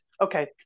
Okay